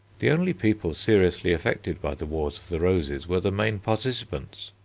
the only people seriously affected by the wars of the roses were the main participants.